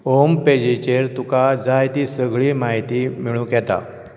home पेजीचेर तुका जाय ती सगळी म्हायती मेळूंक येता